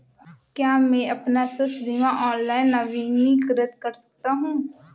क्या मैं अपना स्वास्थ्य बीमा ऑनलाइन नवीनीकृत कर सकता हूँ?